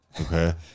Okay